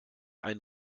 einen